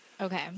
Okay